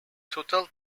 total